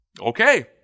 Okay